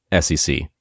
SEC